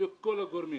בפני כל הגורמים.